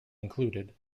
included